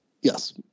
Yes